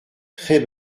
très